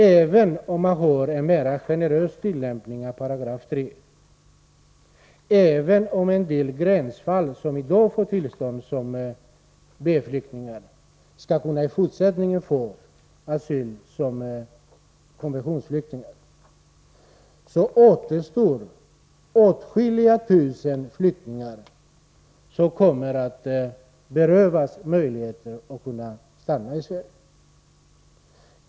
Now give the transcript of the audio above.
Även om man har en mer generös tillämpning av 3 §, även om en del gränsfall som i dag får tillstånd som B-flyktingar i fortsättningen skall kunna få asyl som konventionsflyktingar, återstår åtskilliga tusen flyktingar som kommer att berövas möjligheten att stanna i Sverige.